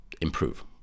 improve